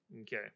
Okay